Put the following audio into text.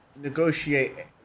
negotiate